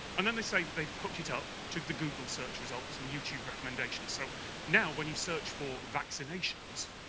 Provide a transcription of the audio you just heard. and then they say that they've hooked it up to the google search results and youtube recommendations. so now when you search for vaccinations,